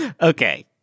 Okay